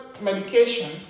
medication